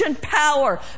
power